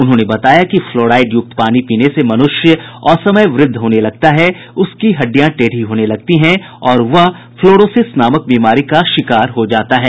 उन्होंने बताया कि फ्लोराईड युक्त पानी पीने से मनुष्य असमय वृद्ध होने लगता है उसकी हड्डियां टेढ़ी होने लगती है और वह फ्लोरोसिस नामक बीमारी का शिकार हो जाता है